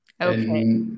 Okay